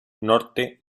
norte